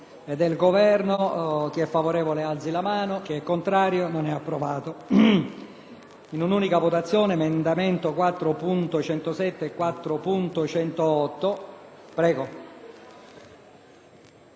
Presidente, noi manteniamo l'emendamento 4.108 e ci dispiace che il